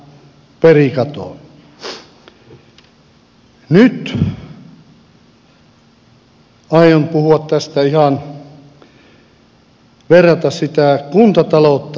nyt aion verrata sitä kuntataloutta